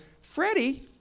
Freddie